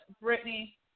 Brittany